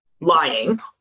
lying